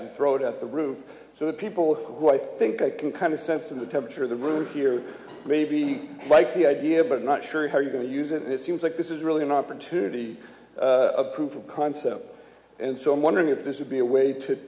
and throw it at the roof so that people who i think i can kind of sense of the temperature of the roof here maybe like the idea but not sure how you're going to use it and it seems like this is really an opportunity approval concept and so i'm wondering if this would be a way to